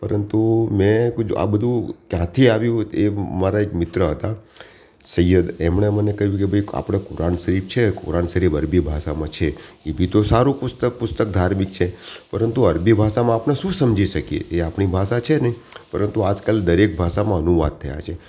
પરંતુ મેં કુજ આ બધું ક્યાંથી આવ્યું એ મારા એક મિત્ર હતા સૈયદ એમણે મને કહ્યું છે ભાઈ આપણે કુરાન શરીફ છે કુરાન શરીફ અરબી ભાષામાં છે એ બી તો સારું પુસ્તક પુસ્તક ધાર્મિક છે પરંતુ અરબી ભાષામાં આપણે શું સમજી શકીએ એ આપણી ભાષા છે નહીં પરંતુ આજકાલ દરેક ભાષામાં અનુવાદ થયા છે